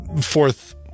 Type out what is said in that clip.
fourth